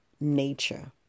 nature